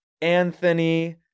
Anthony